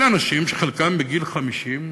אלה אנשים שחלקם בגיל 50,